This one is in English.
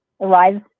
arrives